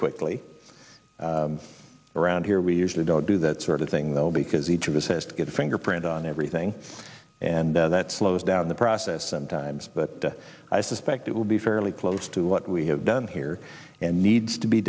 quickly around here we usually don't do that sort of thing though because each of us has to get a fingerprint on everything and that slows down the process sometimes but i suspect it will be fairly close to what we have done here and needs to be